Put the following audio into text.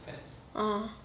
orh